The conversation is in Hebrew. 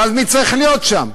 ואז מי צריך להיות שם?